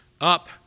up